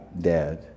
dead